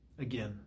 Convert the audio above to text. again